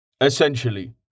Essentially